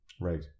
Right